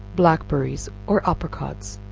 blackberries or apricots,